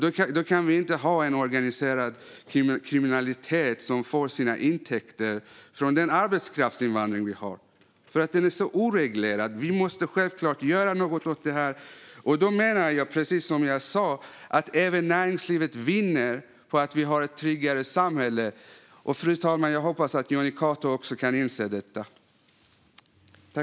Då kan vi inte ha en organiserad kriminalitet som får sina intäkter från arbetskraftsinvandringen för att den är så oreglerad. Vi måste självklart göra något åt detta. Jag menar, som jag sa, att även näringslivet vinner på att vi får ett tryggare samhälle. Jag hoppas, fru talman, att Jonny Cato också kan inse detta.